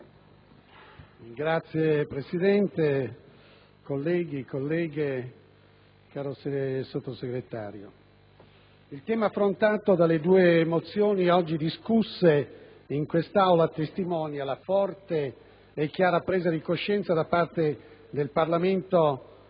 Signora Presidente, colleghe e colleghi, caro Sottosegretario, il tema affrontato dalle due mozioni oggi discusse in quest'Aula testimonia la forte e chiara presa di coscienza da parte del Parlamento e del